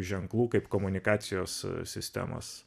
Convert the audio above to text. ženklų kaip komunikacijos sistemos